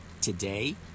today